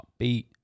upbeat